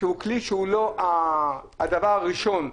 שהוא כלי שהוא לא הדבר הראשון.